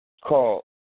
called